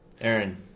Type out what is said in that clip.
Aaron